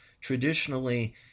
traditionally